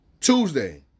Tuesday